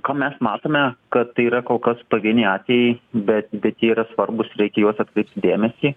ko mes matome kad tai yra kol kas pavieniai atvejai bet bet jie yra svarbūs reikia į juos atkreipti dėmesį